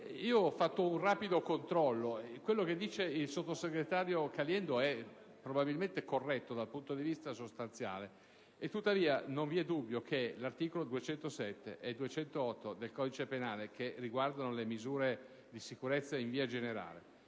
ho fatto un rapido controllo, e quanto afferma il sottosegretario Caliendo è probabilmente corretto dal punto di vista sostanziale. Tuttavia, non vi è dubbio che gli articoli 207 e 208 del codice penale, che riguardano le misure di sicurezza in via generale,